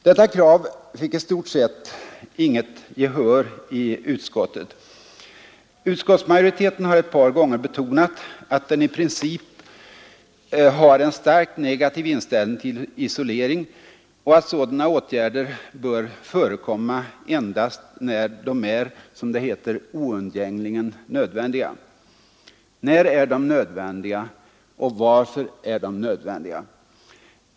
Detta krav satte i stort sett inte många spår i utskottets betänkande. Utskottsmajoriteten har ett par gånger betonat att den i princip har en starkt negativ inställning till isolering och att sådana åtgärder bör förekomma endast när de är ”oundgängligen nödvändiga”. När är de nödvändiga? Varför är de nödvändiga?